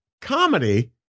comedy